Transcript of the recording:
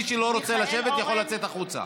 מי שלא רוצה לשבת, יכול לצאת החוצה.